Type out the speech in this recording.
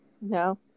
no